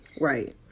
Right